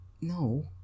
no